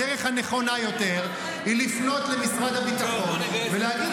הדרך הנכונה יותר היא לפנות למשרד הביטחון ולהגיד